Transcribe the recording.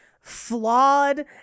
flawed